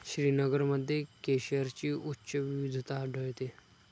श्रीनगरमध्ये केशरची उच्च विविधता आढळते